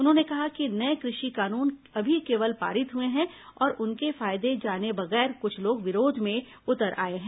उन्होंने कहा कि नये कृषि कानून अभी केवल पारित हुए हैं और उनके फायदे जाने बगैर कुछ लोग विरोध में उतर आए हैं